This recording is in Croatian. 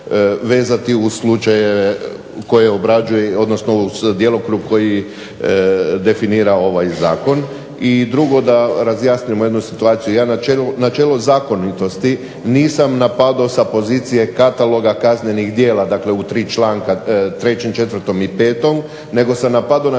uz slučajeve uz djelokrug koji definira ovaj zakon. I drugo, da razjasnimo jednu situaciju. Načelo zakonitosti nisam napadao sa pozicije kataloga kaznenih djela dakle u tri članka 3., 4. i 5. nego sam napadao načelo zakonitosti